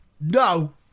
no